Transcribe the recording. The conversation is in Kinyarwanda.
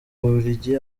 bubiligi